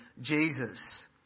Jesus